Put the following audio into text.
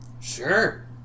Sure